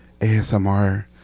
ASMR